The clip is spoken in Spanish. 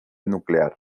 nuclear